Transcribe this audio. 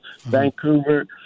Vancouver